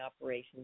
operations